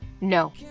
No